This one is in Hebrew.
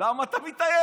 כי אתה מתעייף.